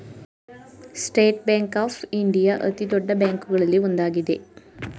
state Bank of India ಅತಿದೊಡ್ಡ ಬ್ಯಾಂಕುಗಳಲ್ಲಿ ಒಂದಾಗಿದೆ